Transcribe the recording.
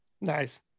nice